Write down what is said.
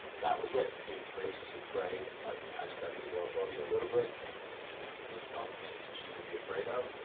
that was it. if rachel's afraid. i studied agoraphobia a little bit and and i listed all the things that she would be afraid of,